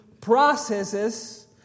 processes